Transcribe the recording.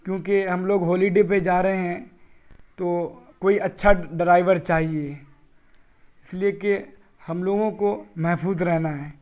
کیوںکہ ہم لوگ ہولیڈے پہ جا رہے ہیں تو کوئی اچھا ڈرائیور چاہیے اس لیے کہ ہم لوگوں کو محفوظ رہنا ہے